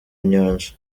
nyanja